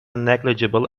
negligible